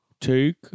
take